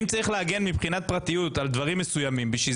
אם צריך להגן מבחינת פרטיות על דברים מסוימים - בשביל